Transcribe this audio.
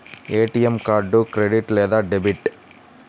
ATM card credit లేదా debit?